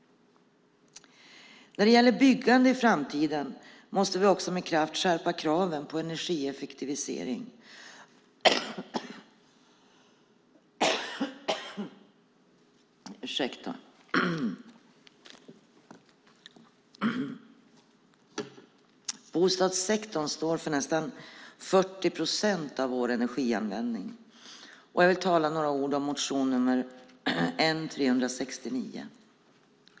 När det gäller byggande i framtiden måste vi också med kraft skärpa kraven på energieffektivisering. Bostadssektorn står för nästan 40 procent av vår energianvändning. Jag ska säga några ord om motion N369.